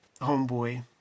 homeboy